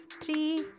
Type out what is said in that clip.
three